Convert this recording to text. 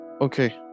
Okay